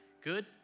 Good